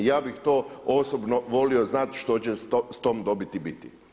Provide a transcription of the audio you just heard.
Ja bih to osobno volio znati što će s tom dobiti biti.